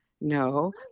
No